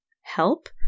help